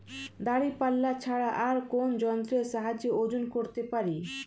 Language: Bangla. দাঁড়িপাল্লা ছাড়া আর কোন যন্ত্রের সাহায্যে ওজন করতে পারি?